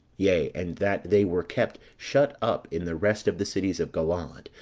yea, and that they were kept shut up in the rest of the cities of galaad,